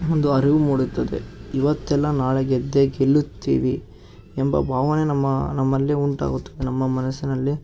ಒಂದು ಅರಿವು ಮೂಡುತ್ತದೆ ಇವತ್ತಲ್ಲ ನಾಳೆ ಗೆದ್ದೇ ಗೆಲ್ಲುತ್ತೀವಿ ಎಂಬ ಭಾವನೆ ನಮ್ಮ ನಮ್ಮಲ್ಲಿ ಉಂಟಾಗುತ್ತದೆ ನಮ್ಮ ಮನಸ್ಸಿನಲ್ಲಿ